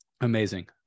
Amazing